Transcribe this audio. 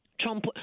Trump